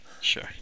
Sure